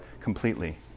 completely